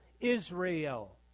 israel